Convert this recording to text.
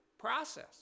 process